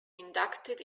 inducted